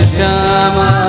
Shama